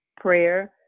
prayer